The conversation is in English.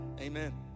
amen